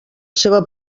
seva